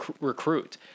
recruit